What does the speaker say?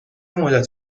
مدت